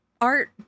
art